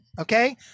okay